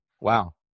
Wow